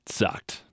sucked